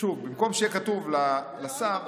במקום שיהיה כתוב לשר,